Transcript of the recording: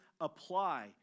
apply